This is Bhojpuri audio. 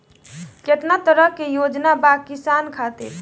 केतना तरह के योजना बा किसान खातिर?